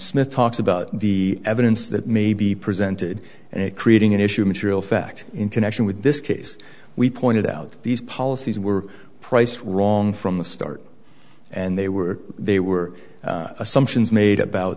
smith talks about the evidence that may be presented and creating an issue of material fact in connection with this case we pointed out that these policies were priced wrong from the start and they were they were assumptions made about